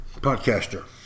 Podcaster